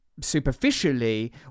superficially